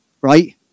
Right